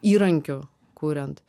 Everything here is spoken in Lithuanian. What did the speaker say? įrankiu kuriant